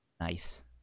nice